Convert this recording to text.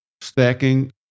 stacking